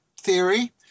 theory